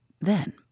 Then